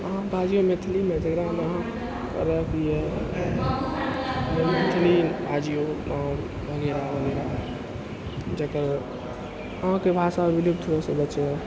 अहाँ बाजिऔ मैथिलीमे जकरामे अहाँ अरे कि अइ मैथिली बाजिऔ आओर वगैरह वगैरह जकर अहाँके भाषा विलुप्त होइसँ बचै